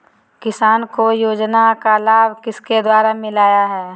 किसान को योजना का लाभ किसके द्वारा मिलाया है?